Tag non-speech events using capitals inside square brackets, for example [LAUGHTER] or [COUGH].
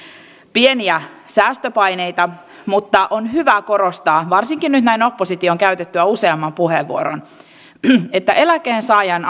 pieniä säästöpaineita mutta on hyvä korostaa varsinkin nyt näin opposition käytettyä useamman puheenvuoron että eläkkeensaajan [UNINTELLIGIBLE]